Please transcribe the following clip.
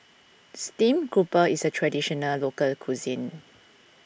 Steamed Grouper is a Traditional Local Cuisine